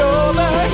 over